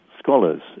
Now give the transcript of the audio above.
scholars